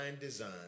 design